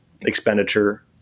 expenditure